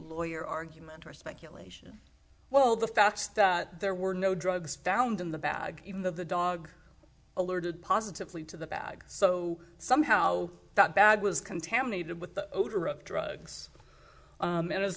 lawyer argument or speculation well the facts that there were no drugs found in the bag even though the dog alerted positively to the bag so somehow that bag was contaminated with the odor of drugs and